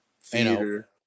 Theater